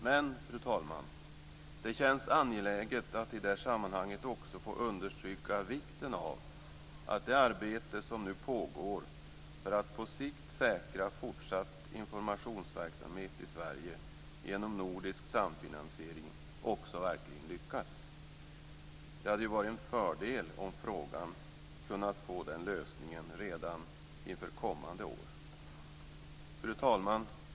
Men, fru talman, det känns angeläget att i detta sammanhang få understryka vikten av att det arbete som nu pågår för att på sikt säkra fortsatt informationsverksamhet i Sverige genom nordisk samfinansiering verkligen lyckas. Det hade ju varit en fördel om frågan kunnat få den lösningen redan inför kommande år. Fru talman!